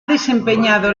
desempeñado